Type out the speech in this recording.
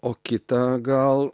o kitą gal